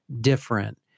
different